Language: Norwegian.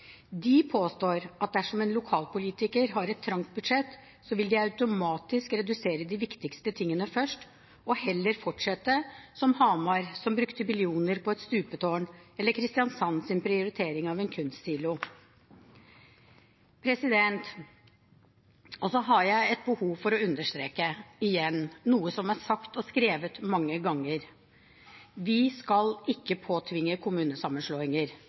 De påstår at dersom en lokalpolitiker har et trangt budsjett, vil de automatisk redusere de viktigste tingene først og heller fortsette, som Hamar som brukte millioner på et stupetårn, eller Kristiansands prioritering av en kunstsilo. Jeg har behov for å understreke, igjen, noe som er sagt og skrevet mange ganger: Vi skal ikke påtvinge kommunesammenslåinger.